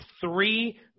three